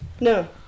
no